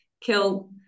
kill